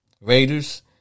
Raiders